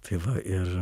tai va ir